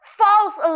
false